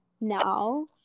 now